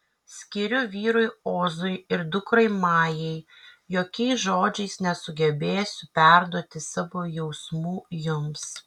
skiriu vyrui ozui ir dukrai majai jokiais žodžiais nesugebėsiu perduoti savo jausmų jums